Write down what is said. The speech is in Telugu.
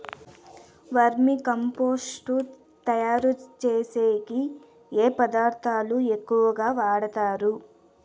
వర్మి కంపోస్టు తయారుచేసేకి ఏ పదార్థాలు ఎక్కువగా వాడుతారు